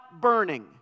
burning